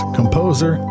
composer